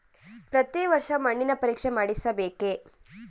ಪ್ರತಿ ವರ್ಷ ಮಣ್ಣಿನ ಪರೀಕ್ಷೆ ಮಾಡಿಸಬೇಕೇ?